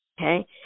Okay